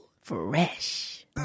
fresh